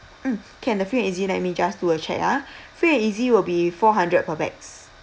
mm can the free and easy let me just do a check ah free and easy will be four hundred per pax